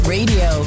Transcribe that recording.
Radio